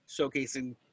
showcasing